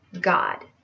God